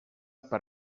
per